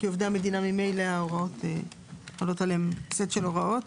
כי עובדי המדינה ממילא חל עליהם סט של הוראות.